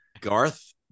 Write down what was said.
Garth